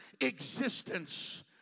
existence